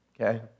Okay